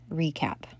recap